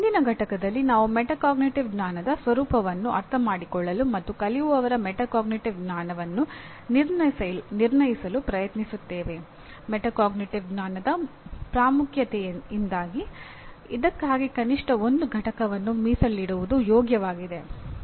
ಮತ್ತು ಮುಂದಿನ ಪಠ್ಯದಲ್ಲಿ ನಾವು ಮೆಟಾಕಾಗ್ನಿಟಿವ್ ಜ್ಞಾನದ ಪ್ರಾಮುಖ್ಯತೆಯಿಂದಾಗಿ ಇದಕ್ಕಾಗಿ ಕನಿಷ್ಠ ಒಂದು ಪಠ್ಯವನ್ನು ಮೀಸಲಿಡುವುದು ಯೋಗ್ಯವಾಗಿದೆ